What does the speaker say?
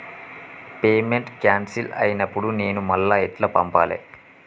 Payment cancel అయినపుడు నేను మళ్ళా ఎట్ల పంపాలే?